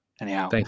anyhow